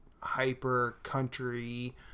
hyper-country